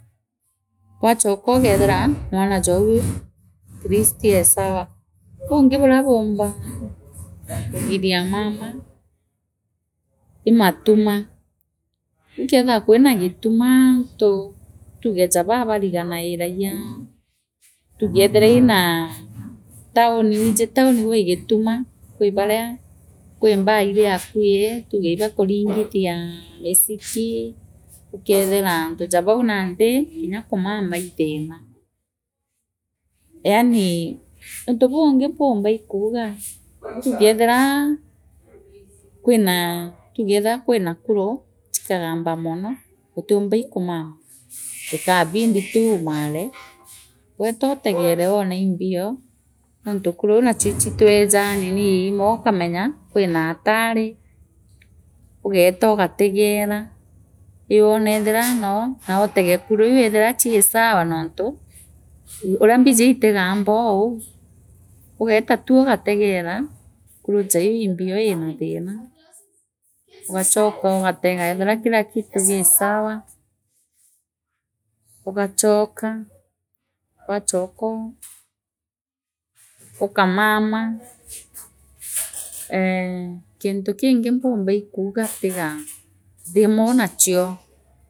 Waachoka ukeethira mwanajou atleast ee sawa burungi buria bumbaa kugiria mama ii matuma ukethia kwira gituma aantu tuge ja baa bariganairagia tuuge eethira iiraa town nwiji town gwi gituma kwi bama kwi mbaa iriakui tuge ibakuringithia misiki ukeethira antu ja bau nandi kinya kumama ii thina yaani untu bungi mpumba ikuuga kethira bwinaa tugeethira bwina kuru chikagaamba mono utiumba ii kumama ikabindi tu uumare weetotegere wone imbio nontu kuru nachio ichitunjaa ninii imwe ukamenya kwina Atari ugeeta ugategera ii woona ethira noo nautege kuru iu chii sawa nontu uria mbiji iti gaambaa oo uu ugeeta tu ugategeeta kuru jaaiu imbio iina thina ugachoka ugatega ethira kila kitu gii sawa ugachoka wachokoo ukamama ee gintu kingi mpumba kuuga tiga thimu nachio